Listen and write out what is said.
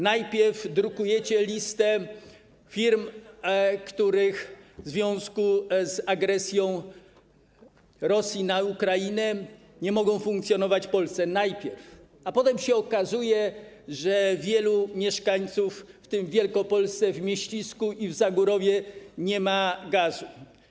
Najpierw drukujecie listę firm, które w związku z agresją Rosji na Ukrainę nie mogą funkcjonować w Polsce - to najpierw - a potem się okazuje, że wielu mieszkańców, w tym w Wielkopolsce, w Mieścisku i w Zagórowie, nie ma gazu.